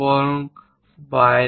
বরং এর বাইরে